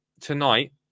Tonight